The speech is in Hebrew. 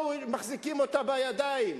מחזיקים אותה בידיים.